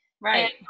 Right